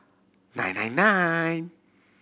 nine nine nine